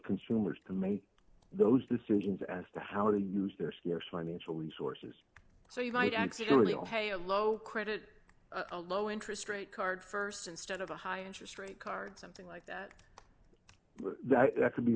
consumers to make those decisions as to how to use their scarce financial resources so you might actually own a low credit a low interest rate card st instead of a high interest rate card something like that could be